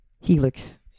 Helix